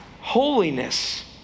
holiness